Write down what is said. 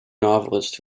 novelist